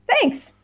Thanks